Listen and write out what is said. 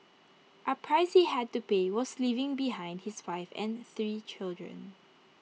A price he had to pay was leaving behind his wife and three children